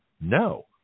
No